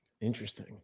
Interesting